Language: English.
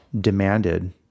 demanded